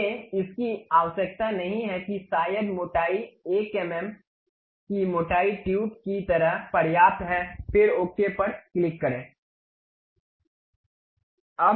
हमें इसकी आवश्यकता नहीं है कि शायद मोटाई 1 एम एम की मोटाई ट्यूब की तरह पर्याप्त है फिर ओके पर क्लिक करें